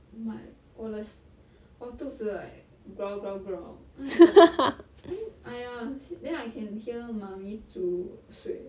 my 我的 s~ 我肚子 like growl growl growl and I was like then !aiya! then I can hear mummy 煮水